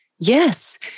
Yes